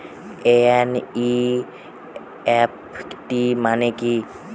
NEFT মনে কি?